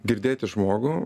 girdėti žmogų